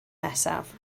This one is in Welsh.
nesaf